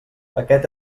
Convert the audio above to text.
aquest